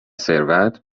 ثروت